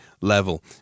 level